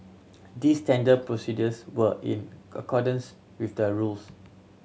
these tender procedures were in accordance with the rules